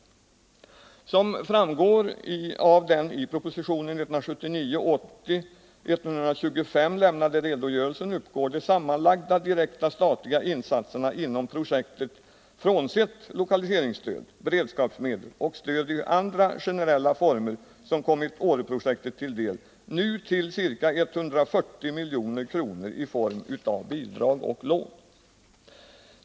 Som framgår av den i proposition 1979/80:125 lämnade redogörelsen uppgår de sammanlagda direkta statliga insatserna inom projektet — frånsett lokaliseringsstöd, beredskapsmedel och stöd i andra generella former som kommit Åreprojektet till del — nu till ca. 140 milj.kr. i form av bidrag och lån.